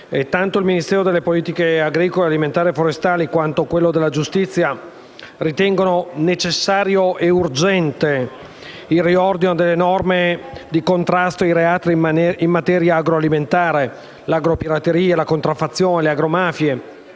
Tanto il Ministero delle politiche agricole alimentari e forestali quanto quello della giustizia ritengono necessario ed urgente il riordino delle norme di contrasto ai reati in materia agroalimentare (l'agropirateria, la contraffazione, le agromafie